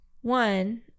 One